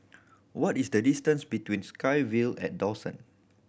what is the distance between SkyVille at Dawson